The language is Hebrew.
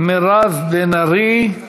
מירב בן ארי מוותרת.